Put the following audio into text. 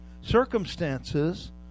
circumstances